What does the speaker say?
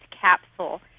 capsule